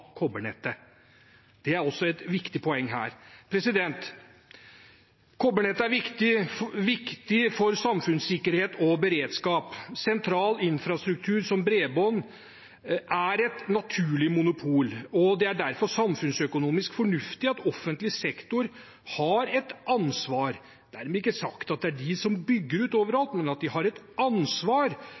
Det er også et viktig poeng her. Kobbernettet er viktig for samfunnssikkerhet og beredskap. Sentral infrastruktur som bredbånd er et naturlig monopol, og det er derfor samfunnsøkonomisk fornuftig at offentlig sektor har et ansvar. Det er dermed ikke sagt at det er de som bygger ut overalt, men at de har et ansvar